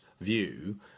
view